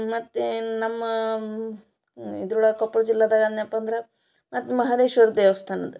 ಮತ್ತೆ ನಮ್ಮ ಇದ್ರೊಳಗೆ ಕೊಪ್ಳ ಜಿಲ್ಲೆದಾಗೆ ಅಂದ್ನ್ಯಪ್ಪ ಅಂದ್ರೆ ಮತ್ತೆ ಮಹದೇಶ್ವರ ದೇವಸ್ಥಾನ ಇದೆ